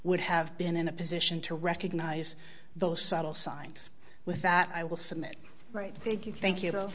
would have been in a position to recognize those subtle signs with that i will submit right thank you thank you